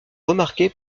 remarquer